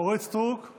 אינה נוכחת עידית